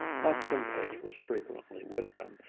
austin page was frequently with them,